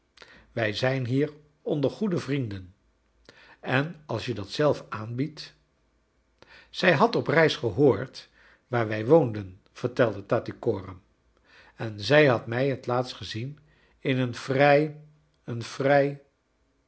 wij zijn hier onder goede vuenden en als je dat zelf aanbiedt zij had op reis gehoord waar wrj woonden vertelde tattycoram en zij had mij het laatst gezien in een vrij een vrij